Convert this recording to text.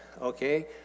okay